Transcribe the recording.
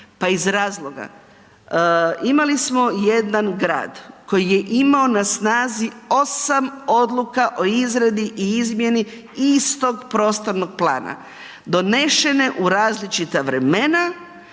Pa iz razloga, imali smo jedan grad, koji je imao na snazi 8 odluka o izradi i izmjeni istog prostornog plana donesene u različita vremena